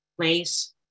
place